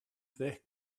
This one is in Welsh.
ddeg